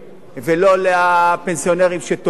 ולא לפנסיונרים שתובעים.